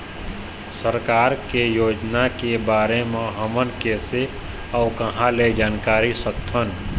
सरकार के योजना के बारे म हमन कैसे अऊ कहां ल जानकारी सकथन?